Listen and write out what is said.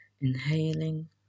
inhaling